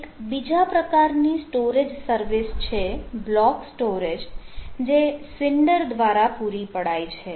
એક બીજા પ્રકારની સ્ટોરેજ સર્વિસ છે બ્લોક સ્ટોરેજ જે સીન્ડર દ્વારા પૂરી પડાય છે